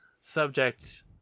Subject